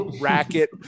racket